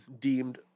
deemed